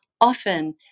often